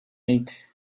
make